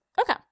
Okay